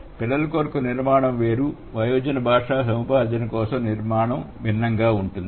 పిల్లల కొరకు నిర్మాణం వేరు వయోజన భాషా సముపార్జన కోసం నిర్మాణం భిన్నంగా ఉంటుంది